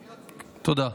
תודה.